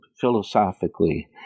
philosophically